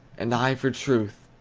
and i for truth,